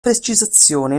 precisazione